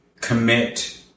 commit